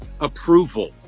approval